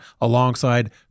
alongside